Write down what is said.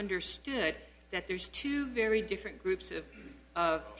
understood that there's two very different groups of